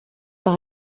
par